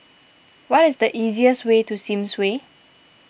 what is the easiest way to Sims Way